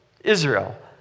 Israel